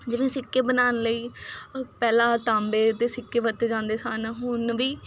ਜਿਵੇਂ ਸਿੱਕੇ ਬਣਾਉਣ ਲਈ ਪਹਿਲਾਂ ਤਾਂਬੇ ਦੇ ਸਿੱਕੇ ਵਰਤੇ ਜਾਂਦੇ ਸਨ ਹੁਣ ਵੀ